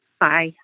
Bye